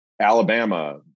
Alabama